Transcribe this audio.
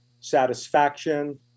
satisfaction